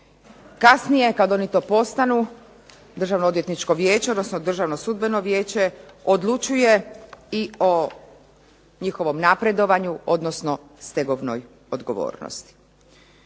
Kasnije kad oni to postanu, Državnoodvjetničko vijeće, odnosno Državno sudbeno vijeće odlučuje i o njihovom napredovanju, odnosno stegovnoj odgovornosti.